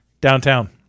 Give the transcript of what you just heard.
downtown